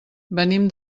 venim